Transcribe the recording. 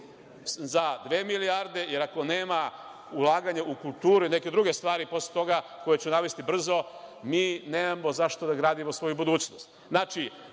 za dve milijarde jer ako nema ulaganja u kulturu i u neke druge stvari posle toga koje ću navesti, mi nemamo zašta da gradimo svoju budućnost. Znači,